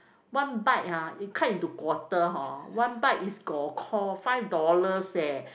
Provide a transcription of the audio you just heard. one bite ah you cut into quarter hor one bite is go kor five dollars eh